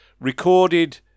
recorded